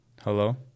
Hello